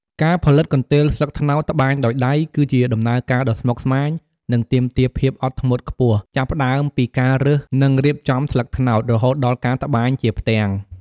ការផលិតកន្ទេលស្លឹកត្នោតត្បាញដោយដៃ គឺជាដំណើរការដ៏ស្មុគស្មាញ និងទាមទារភាពអត់ធ្មត់ខ្ពស់ ចាប់ផ្ដើមពីការរើស និងរៀបចំស្លឹកត្នោត រហូតដល់ការត្បាញជាផ្ទាំង។